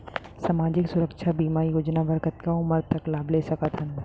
सामाजिक सुरक्षा बीमा योजना बर कतका उमर तक लाभ ले सकथन?